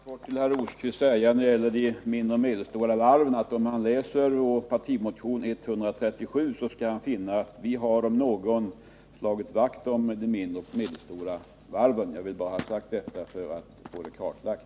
Herr talman! Jag vill bara kort till herr Rosqvist säga att när det gäller de små och medelstora varven så kommer han, om han läser vår partimotion 137, att finna att vi om några har slagit vakt om de mindre och medelstora varven. Jag vill bara ha detta sagt för att få det klarlagt.